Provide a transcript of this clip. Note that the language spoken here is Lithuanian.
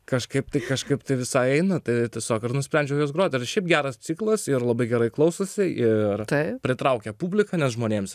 kažkaip tai kažkaip tai visai na tai vakar nusprendžiau juos grot ir šiaip geras ciklas ir labai gerai klausosi ir tai pritraukia publiką nes žmonėms